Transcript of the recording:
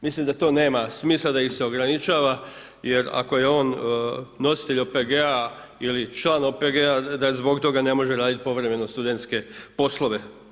Mislim da to nema smisla da ih se ograničava jer ako je on nositelj OPG-a ili član OPG-a da zbog toga ne može raditi povremeno studentske poslove.